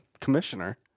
commissioner